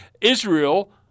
Israel